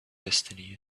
destiny